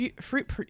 fruit